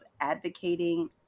Advocating